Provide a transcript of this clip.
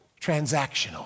transactional